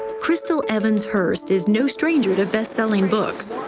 chrystal evans hurst is no stranger to best selling books.